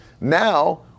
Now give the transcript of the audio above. now